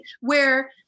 where-